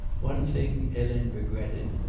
one thing helene regretted.